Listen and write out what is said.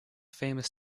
famous